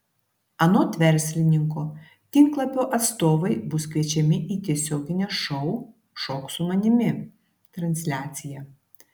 anot verslininko tinklapio atstovai bus kviečiami į tiesioginę šou šok su manimi transliaciją